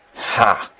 ha!